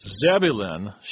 Zebulun